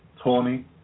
Tony